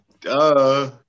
Duh